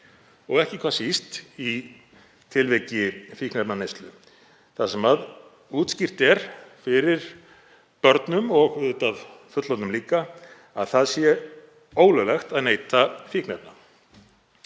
og ekki síst í tilviki fíkniefnaneyslu þar sem útskýrt er fyrir börnum og auðvitað fullorðnum líka að það sé ólöglegt að neyta fíkniefna.